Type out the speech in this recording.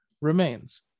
remains